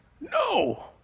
No